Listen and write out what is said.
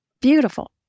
beautiful